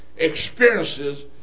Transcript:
experiences